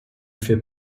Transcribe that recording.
fait